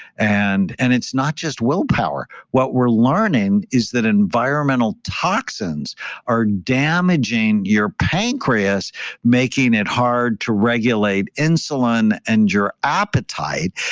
and and it's not just willpower. what we're learning is that environmental toxins are damaging your pancreas making it hard to regulate insulin and your appetite.